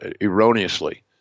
erroneously